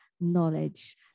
knowledge